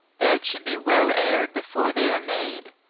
beds should be well aired before they are made,